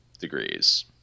degrees